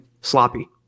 sloppy